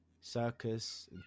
circus